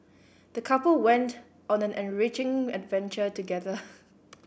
the couple went on an enriching adventure together